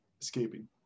escaping